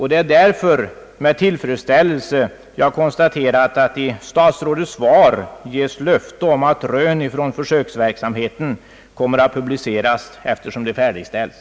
Det är därför med tillfredsställelse jag konstaterar att i statsrådets svar ges löfte om att rön från verksamheten kommer att publiceras så snart de bearbetats.